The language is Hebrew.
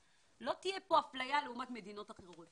לא תהיה אפליה לעומת מדינות אחרות